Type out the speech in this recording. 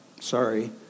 sorry